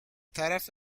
طرف